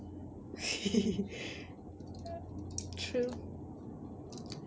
true